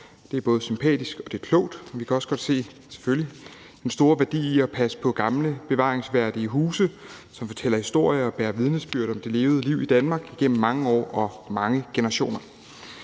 Det er både sympatisk, og det er klogt, og vi kan selvfølgelig også godt se den store værdi i at passe på gamle bevaringsværdige huse, som fortæller historier, og som bærer vidnesbyrd om det levede liv i Danmark igennem mange år og mange generationer.